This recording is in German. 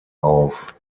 auf